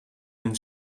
een